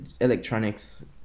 electronics